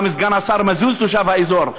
גם סגן השר מזוז תושב האזור.